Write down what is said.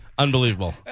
Unbelievable